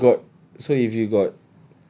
then if you got so if you got